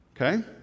okay